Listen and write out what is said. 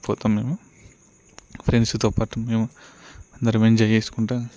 పోతాం మేము ఫ్రెండ్స్తో పాటు మేము అందరం ఎంజాయ్ చేసుకుంటా